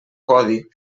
codi